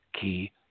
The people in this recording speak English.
key